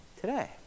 today